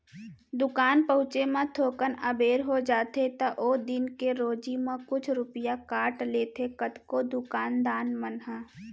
दुकान पहुँचे म थोकन अबेर हो जाथे त ओ दिन के रोजी म कुछ रूपिया काट लेथें कतको दुकान दान मन ह